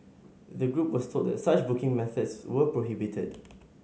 the group was told that such booking methods were prohibited